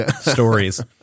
Stories